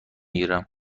گیرم